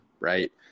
right